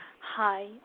Hi